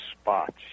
spots